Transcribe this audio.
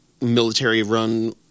military-run